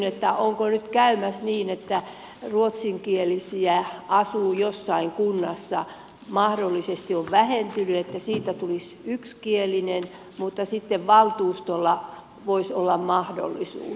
onko nyt käymässä niin että kun ruotsinkielisiä asuu jossain kunnassa ja mahdollisesti osuus on vähentynyt siitä tulisi yksikielinen mutta sitten valtuustolla voisi olla mahdollisuus